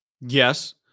Yes